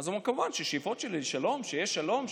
הוא אמר: כמובן שהשאיפות שלי שיהיה שלום,